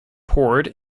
poured